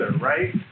right